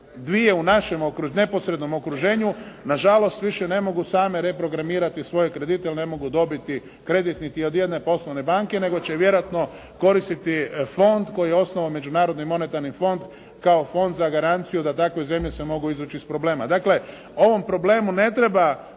dvije u našem neposrednom okruženju na žalost više ne mogu same reprogramirati svoje kredite jer ne mogu dobiti kredit niti od jedne poslovne banke nego će vjerojatno koristiti fond koji je osnovao Međunarodni monetarni fond kao fond za garanciju da takve zemlje se mogu izvući iz problema. Dakle ovom problemu ne treba